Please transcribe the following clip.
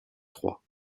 trois